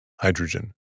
hydrogen